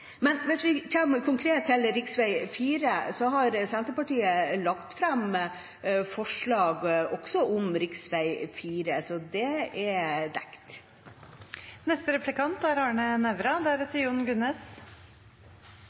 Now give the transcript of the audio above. Men hvis vi kommer konkret til rv. 4, har Senterpartiet lagt fram forslag også om rv. 4, så det er